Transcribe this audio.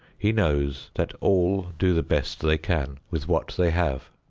he knows that all do the best they can, with what they have.